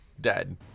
Dead